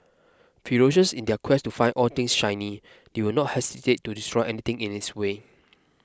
ferocious in their quest to find all things shiny they will not hesitate to destroy anything in its way